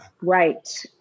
right